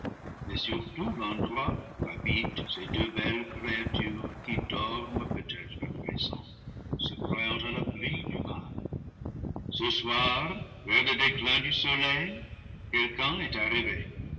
mais surtout l'endroit où habitent ces deux belles créatures qui dorment peut-être à présent se croyant à l'abri du mal ce soir vers le déclin du soleil quelqu'un est arrivé